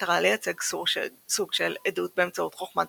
במטרה לייצר סוג של "עדות באמצעות חוכמת